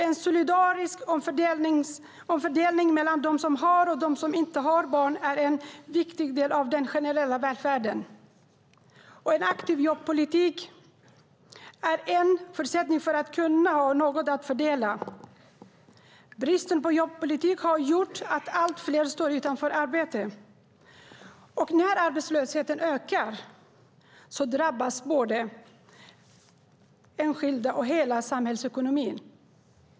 En solidarisk omfördelning mellan dem som har och dem som inte har barn är en viktig del av den generella välfärden. En aktiv jobbpolitik är en förutsättning för att man ska kunna ha något att fördela. Bristen på jobbpolitik har gjort att allt fler står utan arbete. När arbetslösheten ökar drabbas både enskilda och hela samhällsekonomin.